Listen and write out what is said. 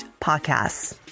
podcasts